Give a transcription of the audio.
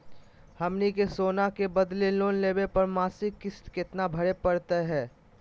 हमनी के सोना के बदले लोन लेवे पर मासिक किस्त केतना भरै परतही हे?